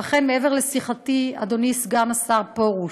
לכן, מעבר לשיחתי, אדוני סגן השר פרוש,